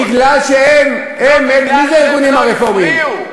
מי זה הארגונים הרפורמיים?